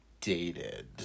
dated